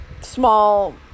Small